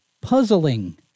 puzzling